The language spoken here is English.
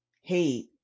Hate